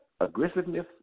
aggressiveness